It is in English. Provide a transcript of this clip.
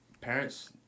parents